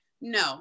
no